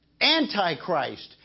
Antichrist